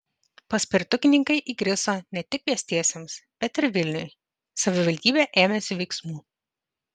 paspirtukininkai įgriso ne tik pėstiesiems bet ir vilniui savivaldybė ėmėsi veiksmų